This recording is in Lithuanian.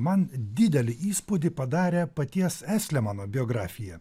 man didelį įspūdį padarė paties estlemano biografija